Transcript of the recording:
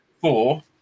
four